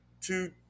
two